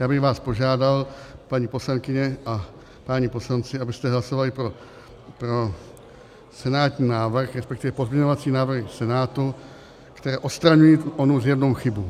Já bych vás požádal, paní poslankyně a páni poslanci, abyste hlasovali pro senátní návrh, respektive pozměňovací návrhy Senátu, které odstraňují onu zjevnou chybu.